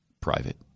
private